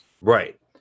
right